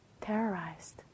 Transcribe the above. terrorized